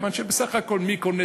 כיוון שבסך הכול,